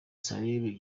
suleiman